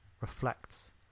reflects